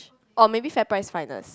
or maybe Fairprice-Finest